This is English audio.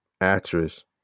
actress